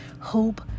hope